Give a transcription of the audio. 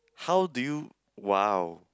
how do you !wow!